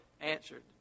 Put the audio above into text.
answered